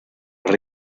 were